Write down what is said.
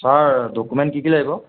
sir document কি কি লাগিব